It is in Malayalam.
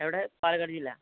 എവിടെ പാലക്കാട് ജില്ല